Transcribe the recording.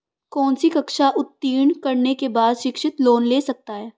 कौनसी कक्षा उत्तीर्ण करने के बाद शिक्षित लोंन ले सकता हूं?